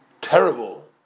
terrible